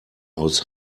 aus